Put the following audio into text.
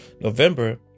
November